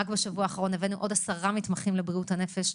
רק בשבוע האחרון הבאנו עוד 10 מתמחים לבריאות הנפש.